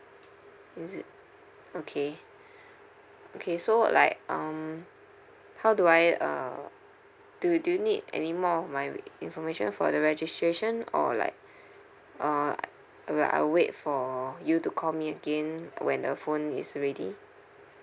is it okay okay so like um how do I uh do you do you need any more of my information for the registration or like uh or will I'll wait for you to call me again when the phone is ready